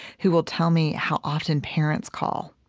who will tell me how often parents call